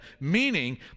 Meaning